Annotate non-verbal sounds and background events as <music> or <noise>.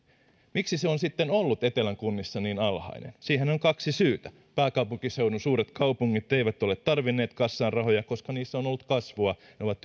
miksi se on sitten ollut etelän kunnissa niin alhainen siihen on kaksi syytä pääkaupunkiseudun suuret kaupungit eivät ole tarvinneet kassaan rahoja koska niissä on on ollut kasvua ne ovat <unintelligible>